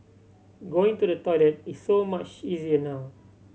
going to the toilet is so much easier now